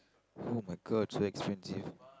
!oh-my-God! so expensive